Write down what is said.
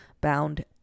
bound